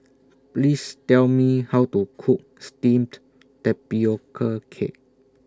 Please Tell Me How to Cook Steamed Tapioca Cake